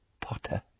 Potter